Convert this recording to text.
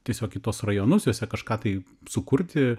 tiesiog į tuos rajonus juose kažką tai sukurti